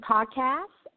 Podcast